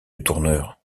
letourneur